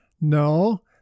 No